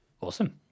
Awesome